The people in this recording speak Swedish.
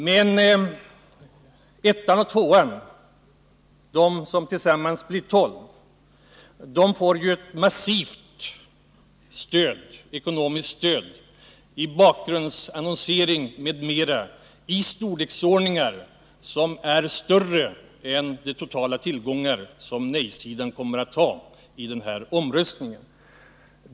Men 1:an och 2:an, de som tillsammans blir 12, får ju ett massivt ekonomiskt stöd genom bakgrundsannonsering m.m. som är större än nej-sidans totala tillgångar i den här omröstningen.